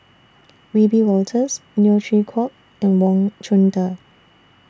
Wiebe Wolters Neo Chwee Kok and Wang Chunde